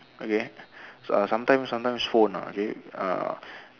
okay so i sometimes sometimes phone ah okay err